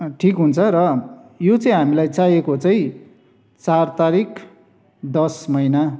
ठिक हुन्छ र यो चाहिँ हामीलाई चाहिएको चाहिँ चार तारिक दस महिना